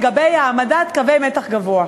לגבי העמדת קווי מתח גבוה,